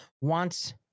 wants